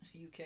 UK